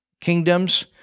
kingdoms